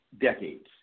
decades